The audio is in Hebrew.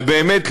ובאמת,